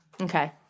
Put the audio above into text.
Okay